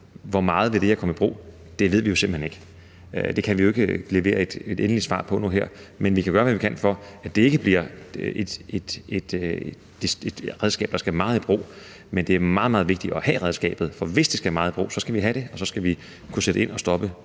til det vil jeg sige, at det ved vi jo simpelt hen ikke. Det kan vi ikke levere et endeligt svar på nu her, men vi kan gøre alt, hvad vi kan, for, at det ikke bliver et redskab, der skal meget i brug. Men det er meget, meget vigtigt at have redskabet, for hvis det skal meget i brug, så skal vi have det, og så skal vi kunne sætte ind og stoppe